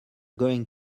going